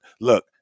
look